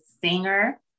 singer